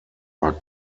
are